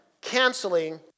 canceling